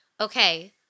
okay